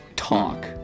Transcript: talk